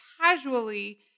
casually